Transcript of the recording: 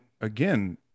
again